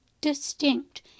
distinct